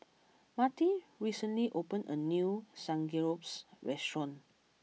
Matie recently opened a new Samgeyopsal restaurant